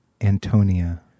Antonia